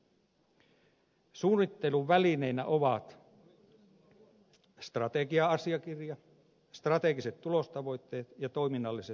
suunnitteluvälineinä ovat strategia asiakirjat strategiset tulostavoitteet ja toiminnalliset tulossopimukset